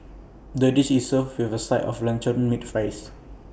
the dish is served with A side of luncheon meat fries